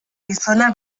gizona